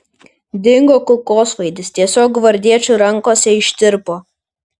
dingo kulkosvaidis tiesiog gvardiečių rankose ištirpo